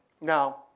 Now